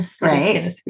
right